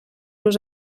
los